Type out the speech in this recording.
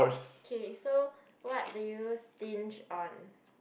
okay so what do you stinge on